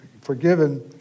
forgiven